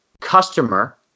customer